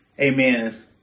Amen